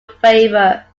favor